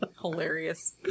Hilarious